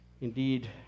Indeed